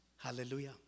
Hallelujah